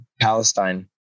Palestine